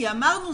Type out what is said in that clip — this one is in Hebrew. כי אמרנו,